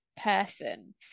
person